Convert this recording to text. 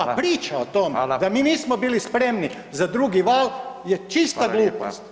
A priča o tome da mi nismo [[Upadica: Hvala, hvala.]] bili spremni za drugi val je čista glupost.